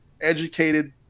educated